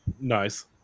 Nice